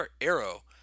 Arrow